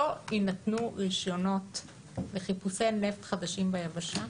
לא יינתנו רישיונות לחיפושי נפט חדשים ביבשה.